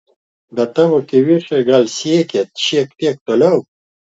bet tavo kivirčai gal siekė šiek tiek toliau